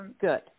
good